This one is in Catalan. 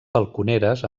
balconeres